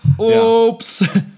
oops